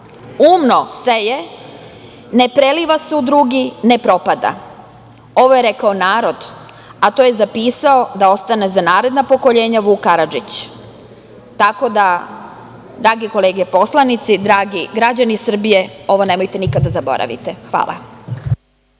umno seje, ne preliva se u drugi, ne propada. Ovo je rekao narod, a to je zapisao da ostane za narodna pokoljenja Vuk Karadžić. Drage kolege poslanici, dragi građani Srbije, ovo nemojte nikada da zaboravite. Hvala.